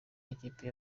n’ikipe